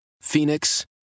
Phoenix